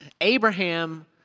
Abraham